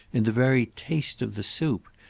in the very taste of the soup,